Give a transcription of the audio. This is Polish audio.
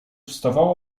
wstawała